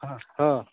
ହଁ ହଁ